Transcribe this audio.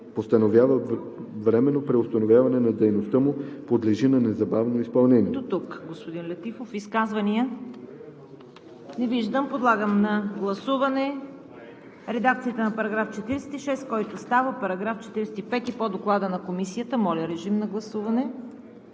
постановява временно преустановяване на дейността му, подлежи на незабавно изпълнение.“